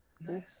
Nice